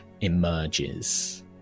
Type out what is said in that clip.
emerges